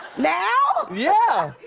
now! yeah!